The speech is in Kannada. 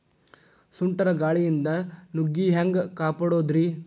ಸುಂಟರ್ ಗಾಳಿಯಿಂದ ನುಗ್ಗಿ ಹ್ಯಾಂಗ ಕಾಪಡೊದ್ರೇ?